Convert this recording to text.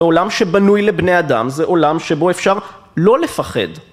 עולם שבנוי לבני אדם, זה עולם שבו אפשר לא לפחד.